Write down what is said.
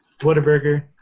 Whataburger